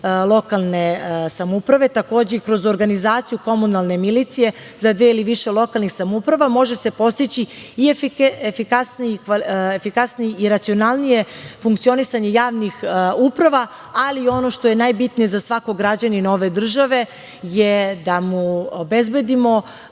lokalne samouprave, takođe i kroz organizaciju komunalne milicije za dve ili više lokalnih samouprava, može se postići i efikasnije i racionalnije funkcionisanje javnih uprava, ali ono što je najbitnije za svakog građanina ove države je da mu obezbedimo